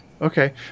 Okay